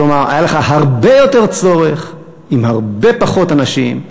כלומר, היה לך הרבה יותר צורך עם הרבה פחות אנשים.